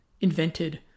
invented